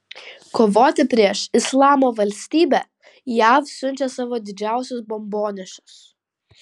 kovoti prieš islamo valstybę jav siunčia savo didžiausius bombonešius